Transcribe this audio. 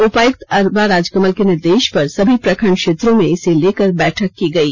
उपायुक्त अरवा राजकमल के निर्देश पर सभी प्रखंड क्षेत्रों में इसे लेकर बैठक की गई